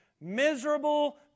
Miserable